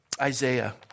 Isaiah